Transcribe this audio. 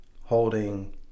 holding